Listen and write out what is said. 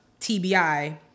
TBI